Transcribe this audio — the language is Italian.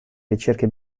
ricerche